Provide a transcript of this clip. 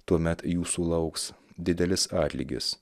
tuomet jūsų lauks didelis atlygis